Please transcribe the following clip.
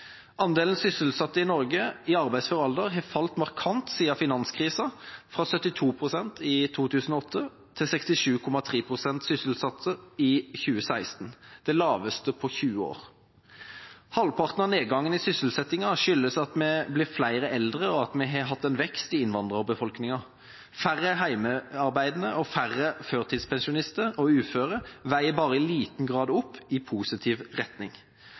Andelen sysselsatte i Norge i arbeidsfør alder har falt markant siden finanskrisen – fra 72 pst. i 2008 til 67,3 pst. i 2016, den laveste på 20 år. Halvparten av nedgangen i sysselsettingen skyldes at vi blir flere eldre, og at vi har hatt en vekst i innvandrerbefolkningen. Færre hjemmearbeidende og færre førtidspensjonister og uføre veier bare i liten grad opp i positiv retning.